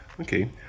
okay